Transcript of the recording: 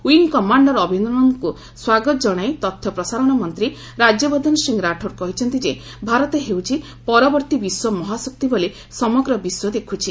wing commander ଅଭିନନ୍ଦନଙ୍କୁ ସ୍ୱାଗତ ଜଣାଇ ତଥ୍ୟ ପ୍ରସାରଣ ମନ୍ତ୍ରୀ ରାଜ୍ୟବର୍ଦ୍ଧନ ସିଂହ ରାଠୋର କହିଛନ୍ତି ଯେ ଭାରତ ହେଉଛି ପରବର୍ତ୍ତୀ ବିଶ୍ୱ ମହାଶକ୍ତି ବୋଲି ସମଗ୍ର ବିଶ୍ୱ ଦେଖୁଛି